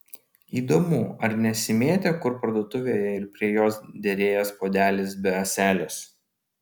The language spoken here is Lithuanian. įdomu ar nesimėto kur parduotuvėje ir prie jos derėjęs puodelis be ąselės